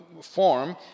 form